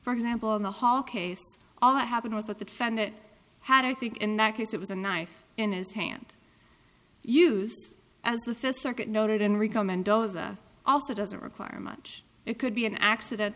for example in the hall case all that happened was that the defendant had i think in that case it was a knife in his hand used as the fifth circuit noted in rico mendoza also doesn't require much it could be an accident